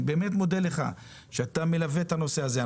אני באמת מודה לך שאתה מלווה את הנושא הזה.